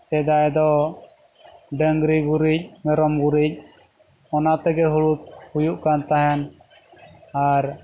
ᱥᱮᱫᱟᱭ ᱫᱚ ᱰᱟᱹᱝᱨᱤ ᱜᱩᱨᱤᱡ ᱢᱮᱨᱚᱢ ᱜᱩᱨᱤᱡ ᱚᱱᱟ ᱛᱮᱜᱮ ᱦᱩᱲᱩ ᱦᱩᱭᱩᱜ ᱠᱟᱱ ᱛᱟᱦᱮᱱ ᱟᱨ